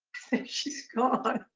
she's gone.